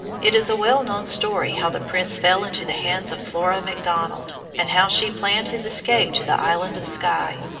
it is a well-known story how the prince fell into the hands of flora macdonald, and how she planned his escape to the island of skye.